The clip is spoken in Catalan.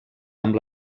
amb